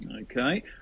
Okay